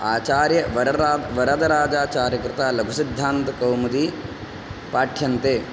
आचार्य वररा वरदराजाचार्यकृता लघुसिद्धान्तकौमुदी पाठ्यन्ते